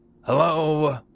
Hello